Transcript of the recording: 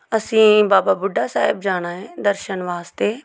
ਅਸੀਂ ਬਾਬਾ ਬੁੱਢਾ ਸਾਹਿਬ ਜਾਣਾ ਹੈ ਦਰਸ਼ਨ ਵਾਸਤੇ